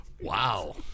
Wow